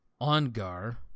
Ongar